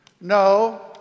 No